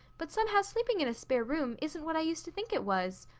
but somehow sleeping in a spare room isn't what i used to think it was.